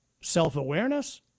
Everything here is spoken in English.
Self-awareness